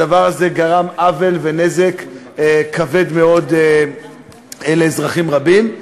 הדבר הזה גרם עוול ונזק כבד מאוד לאזרחים רבים.